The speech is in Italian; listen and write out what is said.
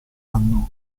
anno